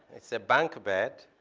it's a bunk bed,